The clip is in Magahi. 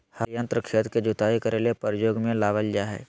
हल यंत्र खेत के जुताई करे ले प्रयोग में लाबल जा हइ